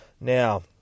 Now